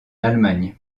allemagne